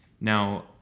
Now